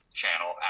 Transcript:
channel